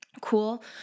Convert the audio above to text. Cool